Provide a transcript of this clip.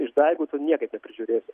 išdaigų tu niekaip neprižiūrėsi